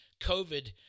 COVID